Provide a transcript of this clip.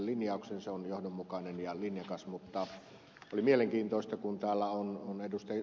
se on johdonmukainen ja linjakas mutta oli mielenkiintoista kun täällä on ed